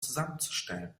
zusammenzustellen